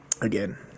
Again